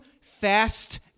fast